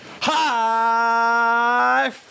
Hi